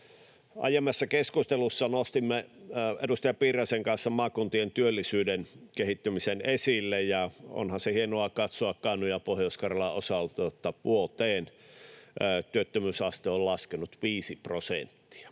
Aiemmassa keskustelussa nostimme edustaja Piiraisen kanssa esille maakuntien työllisyyden kehittymisen. Onhan se hienoa katsoa Kainuun ja Pohjois-Karjalan osalta, kun työttömyysaste on laskenut vuodessa